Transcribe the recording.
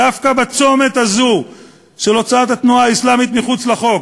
דווקא בצומת הזה של הוצאת התנועה האסלאמית מחוץ לחוק,